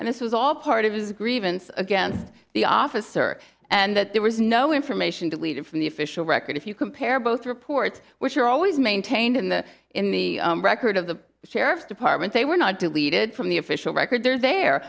and this was all part of his grievance against the officer and that there was no information deleted from the official record if you compare both reports which are always maintained in the in the record of the sheriff's department they were not deleted from the official records are the